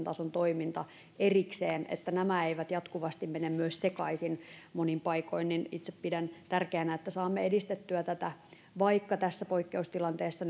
tason toiminta erikseen että nämä eivät jatkuvasti mene myös sekaisin monin paikoin itse pidän tärkeänä että saamme edistettyä tätä ja vaikka tässä poikkeustilanteessa